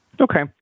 Okay